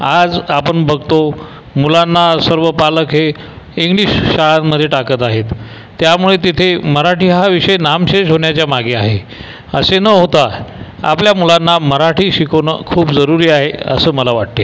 आज आपण बघतो मुलांना सर्व पालक हे इंग्लिश शाळांमध्ये टाकत आहेत त्यामुळे तिथे मराठी हा विषय नामशेष होण्याच्या मागे आहे असे न होता आपल्या मुलांना मराठी शिकवणं खूप जरूरी आहे असं मला वाटते